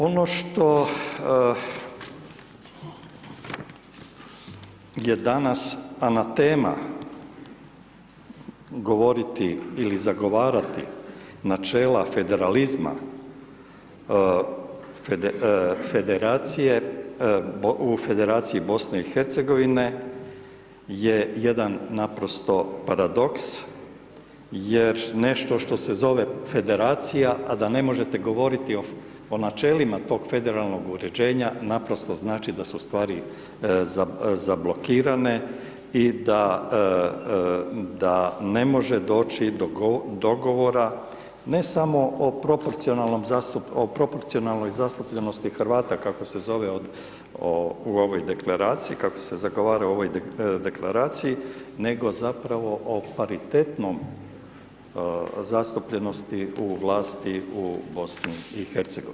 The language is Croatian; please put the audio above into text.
Ono što je danas anatema govoriti ili zagovarati načela federalizma u Federaciji BiH je jedan naprosto paradoks jer nešto što se zove federacija a da ne možete govoriti o načelima tog federalnog uređenja naprosto znači da su stvari zablokirane i da ne može doći do dogovora ne samo o proporcionalnoj zastupljenosti Hrvata kako se zove u ovoj Deklaraciji, kako se zagovara u ovoj Deklaraciji nego zapravo o paritetnoj zastupljenosti u vlasti u BiH.